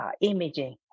imaging